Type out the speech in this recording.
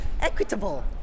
equitable